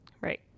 Right